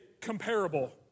comparable